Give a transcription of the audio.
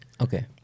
Okay